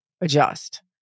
adjust